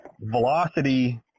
velocity